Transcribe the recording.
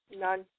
None